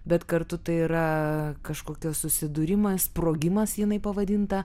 bet kartu tai yra kažkokia susidūrimas sprogimas jinai pavadinta